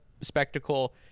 spectacle